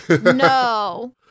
No